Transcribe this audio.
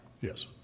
Yes